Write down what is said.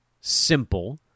simple